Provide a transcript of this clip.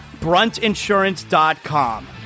BruntInsurance.com